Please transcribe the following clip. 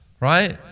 Right